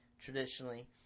Traditionally